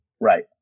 Right